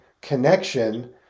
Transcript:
connection